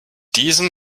diesen